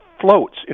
floats